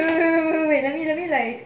wait wait wait let me let me like